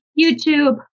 YouTube